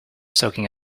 soaking